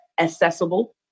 accessible